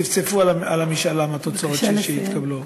צפצפו על התוצאות שהתקבלו.